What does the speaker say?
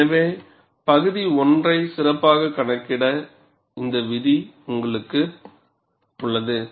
எனவேபகுதி 1 ஐ சிறப்பாகக் கணக்கிட இந்தச் விதி உங்களிடம் உள்ளது